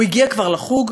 הוא הגיע כבר לחוג?